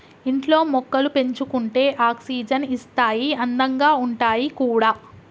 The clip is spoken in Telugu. ఇంట్లో మొక్కలు పెంచుకుంటే ఆక్సిజన్ ఇస్తాయి అందంగా ఉంటాయి కూడా